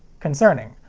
concerning.